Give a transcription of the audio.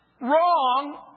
wrong